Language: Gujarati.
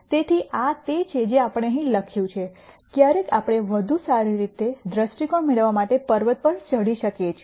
તેથી આ તે છે જે આપણે અહીં લખ્યું છે ક્યારેક આપણે વધુ સારી દ્રષ્ટિકોણ મેળવવા માટે પર્વત પર ચઢી પણ શકીએ છીએ